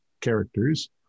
characters